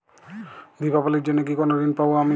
দীপাবলির জন্য কি কোনো ঋণ পাবো আমি?